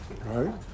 Right